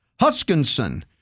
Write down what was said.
Huskinson